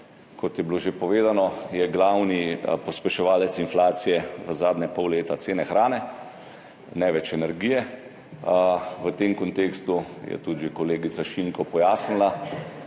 Kot je bilo že povedano, je glavni pospeševalec inflacije v zadnjega pol leta cena hrane, ne več energije. V tem kontekstu je tudi že kolegica Šinko pojasnila,